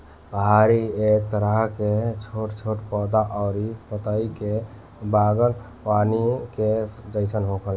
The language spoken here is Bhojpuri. झाड़ी एक तरह के छोट छोट पौधा अउरी पतई के बागवानी के जइसन होला